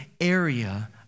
area